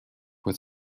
with